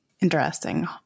Interesting